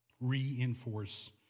reinforce